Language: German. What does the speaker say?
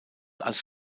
als